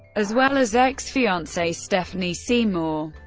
as well as ex-fiancee stephanie seymour.